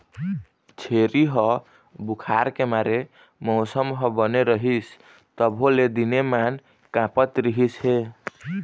छेरी ह बुखार के मारे मउसम ह बने रहिस तभो ले दिनेमान काँपत रिहिस हे